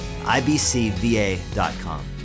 ibcva.com